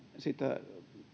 sitä